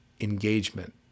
engagement